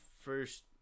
first